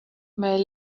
may